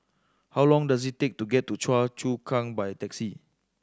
how long does it take to get to Choa Chu Kang by taxi